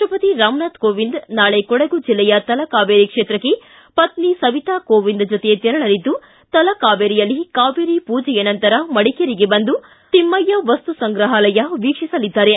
ರಾಪ್ಟಸತಿ ರಾಮನಾಥ ಕೋವಿಂದ್ ನಾಳೆ ಕೊಡಗು ಜಿಲ್ಲೆಯ ತಲಕಾವೇರಿ ಕ್ಷೇತ್ರಕ್ಕೆ ಪತ್ನಿ ಸವಿತಾ ಕೋವಿಂದ್ ಜತೆ ತೆರಳಲಿದ್ದು ತಲಕಾವೇರಿಯಲ್ಲಿ ಕಾವೇರಿ ಪೂಜೆಯ ನಂತರ ಮಡಿಕೇರಿಗೆ ಬಂದು ತಿಮ್ಮಯ್ಕ ವಸ್ತು ಸಂಗ್ರಹಾಲಯ ವೀಕ್ಷಿಸಲಿದ್ದಾರೆ